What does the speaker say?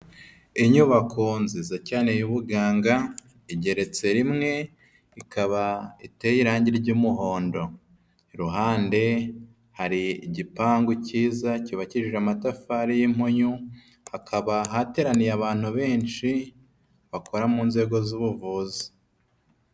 Inyubako nziza cyane y'ubuganga, igeretse rimwe, ikaba iteye irangi ry'umuhondo, ku ruhande hari igipangu cyiza cyubakishije amatafari y'impunyu, hakaba hateraniye abantu benshi bakora mu nzego z'ubuvuzi.